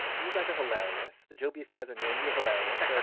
and you guys are hilarious. the joe beef guys are known to be hilarious,